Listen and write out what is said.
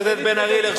חבר הכנסת אגבאריה, תודה.